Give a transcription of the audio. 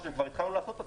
שכבר התחלנו לעשות.